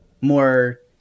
more